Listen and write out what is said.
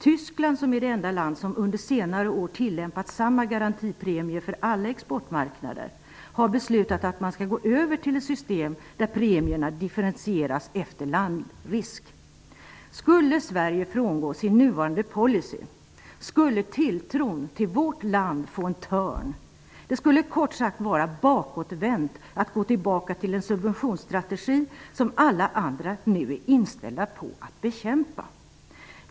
Tyskland, som är det enda land som under senare år har tillämpat samma garantipremie för alla exportmarknader, har beslutat att man skall gå över till ett system där premierna differentieras efter landrisk. Om Sverige frångick sin nuvarande policy, skulle tilltron till vårt land få sig en törn. Det skulle kort sagt vara bakåtvänt att gå tillbaka till en subventionsstrategi som alla andra nu är inställda på att bekämpa.